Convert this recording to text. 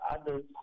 others